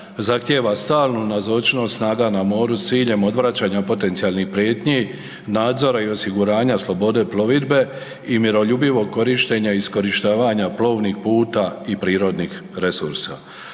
zahtjeva stalnu nazočnost snaga na moru s ciljem odvraćanja potencijalnih prijetnji, nadzora i osiguranja slobode plovidbe i miroljubivog korištenja i iskorištavanja plovnih puta i prirodnih resursa,